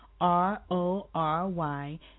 R-O-R-Y